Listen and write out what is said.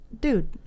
dude